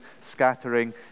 scattering